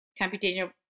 Computational